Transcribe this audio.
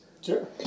Sure